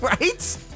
Right